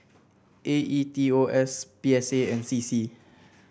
A E T O S P S A and C C